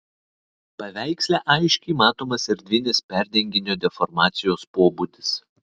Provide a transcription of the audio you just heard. paveiksle aiškiai matomas erdvinis perdenginio deformacijos pobūdis